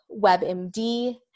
WebMD